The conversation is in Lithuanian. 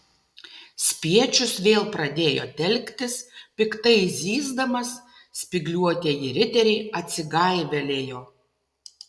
spiečius vėl pradėjo telktis piktai zyzdamas spygliuotieji riteriai atsigaivelėjo